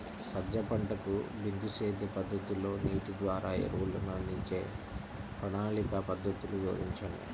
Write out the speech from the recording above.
సజ్జ పంటకు బిందు సేద్య పద్ధతిలో నీటి ద్వారా ఎరువులను అందించే ప్రణాళిక పద్ధతులు వివరించండి?